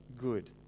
good